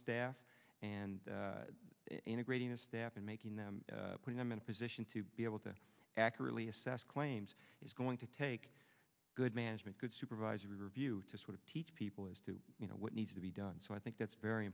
staff and integrating the staff and making them put them in a position to be able to accurately assess claims he's going to take good management good supervisory review to sort of teach people as to you know what needs to be done so i think that's very